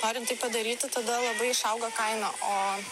norint tai padaryti tada labai išauga kaina o